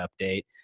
update